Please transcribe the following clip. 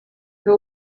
que